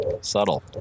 Subtle